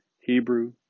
Hebrew